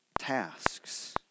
tasks